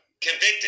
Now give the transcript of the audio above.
convicted